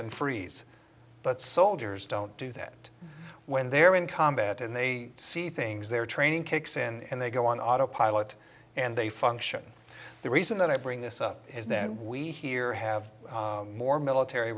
and frees but soldiers don't do that when they're in combat and they see things their training kicks in and they go on autopilot and they function the reason that i bring this up is no we here have more military